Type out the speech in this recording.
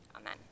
amen